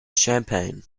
champagne